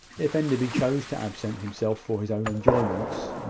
if enderby chose to absent himself for his own enjoyments,